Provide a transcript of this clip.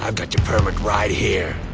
um got your permit right here.